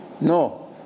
no